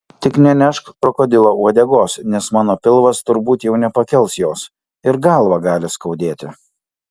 tik nenešk krokodilo uodegos nes mano pilvas turbūt jau nepakels jos ir galvą gali skaudėti